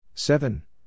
Seven